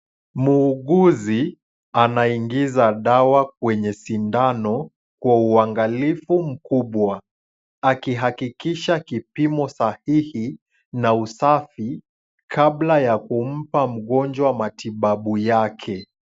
Muuguzi anaingiza dawa kwenye sindano kwa uangalifu mkubwa akihakikisha kipimo sahihi na usafi kabla ya kumpa mgonjwa matibabu yake.